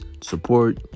support